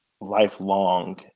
lifelong